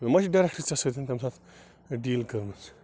مےٚ ما چھِ ڈیٚریکٹ ژےٚ سۭتۍ تَمہِ ساتہٕ ڈیٖل کٔرۍ مٕژ